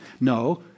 No